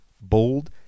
bold